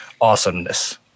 awesomeness